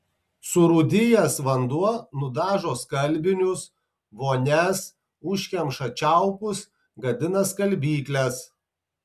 surūdijęs vanduo nudažo skalbinius vonias užkemša čiaupus gadina skalbykles